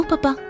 Papa